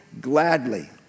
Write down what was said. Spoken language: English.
gladly